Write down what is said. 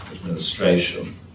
administration